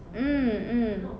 mm mm